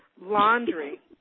laundry